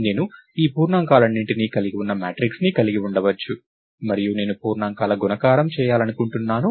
నేను ఈ పూర్ణాంకాలన్నింటినీ కలిగి ఉన్న మ్యాట్రిక్స్ని కలిగి ఉండవచ్చు మరియు నేను పూర్ణాంకాల గుణకారం చేయాలనుకుంటున్నాను